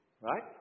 right